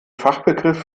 fachbegriff